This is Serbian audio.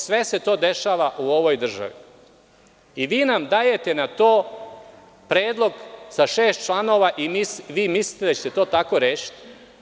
Sve se to dešava u ovoj državi i vi nam dajete na to predlog sa šest članova i mislite da ćete to tako rešiti?